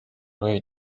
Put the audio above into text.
või